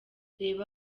reba